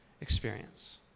experience